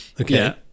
Okay